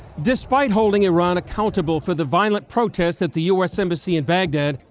despite holding iran accountable for the violent protests at the us embassy in baghdad,